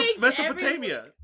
Mesopotamia